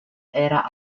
era